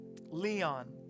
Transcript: Leon